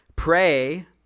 Pray